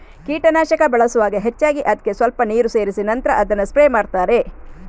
ಕೀಟನಾಶಕ ಬಳಸುವಾಗ ಹೆಚ್ಚಾಗಿ ಅದ್ಕೆ ಸ್ವಲ್ಪ ನೀರು ಸೇರಿಸಿ ನಂತ್ರ ಅದನ್ನ ಸ್ಪ್ರೇ ಮಾಡ್ತಾರೆ